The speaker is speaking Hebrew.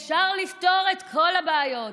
אפשר לפתור את כל הבעיות.